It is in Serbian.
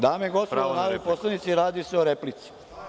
Dame i gospodo narodni poslanici, radi se o replici.